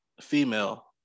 female